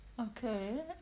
okay